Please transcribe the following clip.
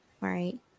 right